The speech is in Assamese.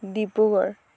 ডিব্ৰুগড়